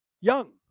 young